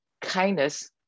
Kindness